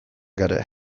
gara